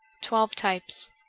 twelve types.